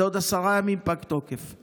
בעוד עשרה ימים פג התוקף.